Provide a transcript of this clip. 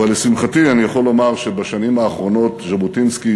אבל לשמחתי אני יכול לומר שבשנים האחרונות ז'בוטינסקי